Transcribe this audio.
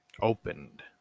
opened